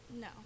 No